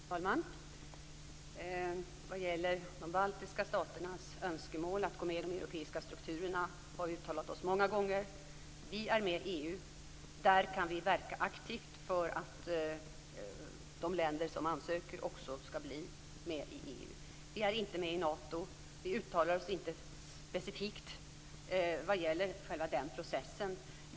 Herr talman! Vad gäller de baltiska staternas önskemål om att gå med i de europeiska strukturerna har vi uttalat oss många gånger. Vi är med i EU. Där kan vi aktivt verka för att de länder som ansöker också skall bli med i EU. Vi är inte med i Nato och vi uttalar oss inte specifikt vad gäller själva den processen.